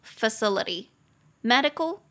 facility，medical